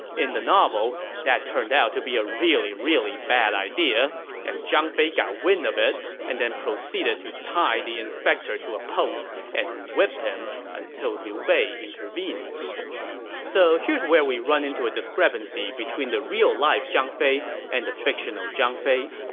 in the novel, that turned out to be a really really bad idea as zhang fei got wind of it and proceeded to tie the inspector to a post and whip him until liu bei intervened and so here's where we run into a discrepancy between the real-life zhang fei and the fictional zhang fei.